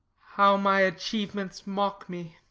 how my achievements mock me!